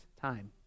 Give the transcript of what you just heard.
time